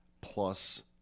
plus